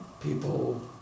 people